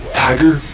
tiger